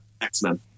x-men